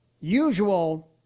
usual